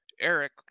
Eric